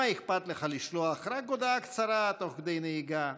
מה אכפת לך לשלוח רק הודעה קצרה תוך כדי נהיגה?